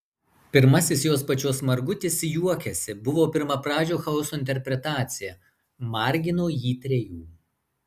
pirmasis jos pačios margutis juokiasi buvo pirmapradžio chaoso interpretacija margino jį trejų